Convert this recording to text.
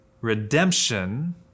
redemption